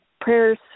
prayers